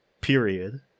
period